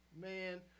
man